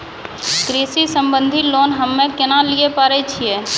कृषि संबंधित लोन हम्मय केना लिये पारे छियै?